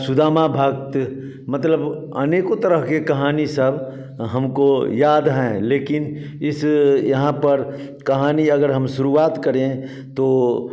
सुदामा भक्त मतलब अनेकों तरह के कहानी सब हमको याद हैं लेकिन इस यहाँ पर कहानी अगर हम शुरवात करें तो